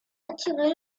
attirer